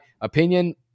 opinion